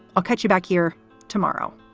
i'll catch you back here tomorrow